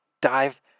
dive